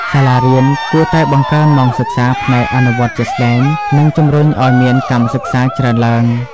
សាលារៀនគួរតែបង្កើនម៉ោងសិក្សាផ្នែកអនុវត្តជាក់ស្តែង និងជំរុញឱ្យមានកម្មសិក្សាច្រើនឡើង។